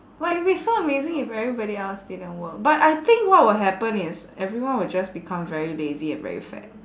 but it'll be so amazing if everybody else didn't work but I think what will happen is everyone will just become very lazy and very fat